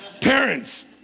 Parents